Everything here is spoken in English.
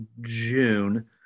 June